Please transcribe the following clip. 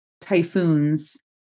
typhoons